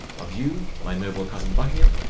of you, my noble cousin buckingham,